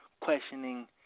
questioning